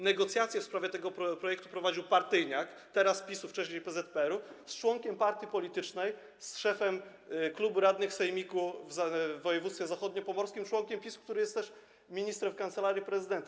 Negocjacje w sprawie tego projektu prowadził partyjniak, teraz PiS-u, wcześniej PZPR-u, z członkiem partii politycznej, z szefem klubu radnych sejmiku w województwie zachodniopomorskim, członkiem PiS-u, który jest też ministrem w Kancelarii Prezydenta.